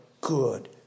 good